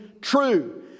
true